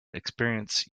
experience